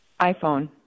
iPhone